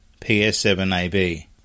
PS7AB